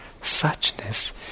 Suchness